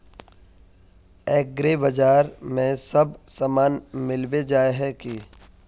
एग्रीबाजार में सब सामान मिलबे जाय है की?